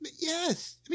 Yes